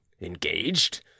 engaged